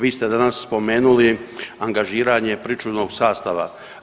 Vi ste danas spomenuli angažiranje pričuvnog sastava.